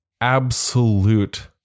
absolute